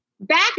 Back